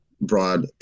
broad